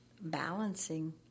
balancing